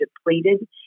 depleted